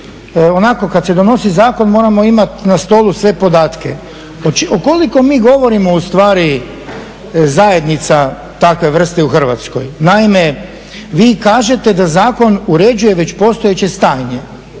onako kada se donosi zakon moramo imati na stolu sve podatke o koliko mi govorimo ustvari zajednica takve vrste u Hrvatskoj. Naime, vi kažete da zakon uređuje već postojeće stanje.